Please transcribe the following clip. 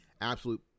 absolute